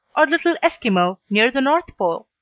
or little eskimo, near the north pole.